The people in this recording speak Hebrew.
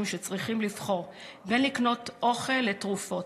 שצריכים לבחור בין לקנות אוכל לתרופות.